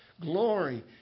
glory